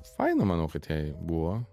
faina manau kad jai buvo